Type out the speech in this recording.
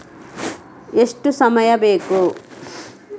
ಎಷ್ಟು ಸಮಯ ಬೇಕು?